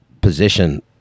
position